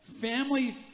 family